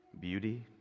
beauty